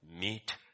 meet